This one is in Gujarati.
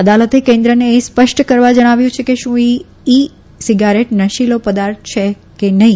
અદાલતે કેન્દ્રને એ સ્પષ્ટ કરવા જણાવ્યું છે કે શું ઇ સિગારેટ નશીલો પદાર્થ છે કે નહીં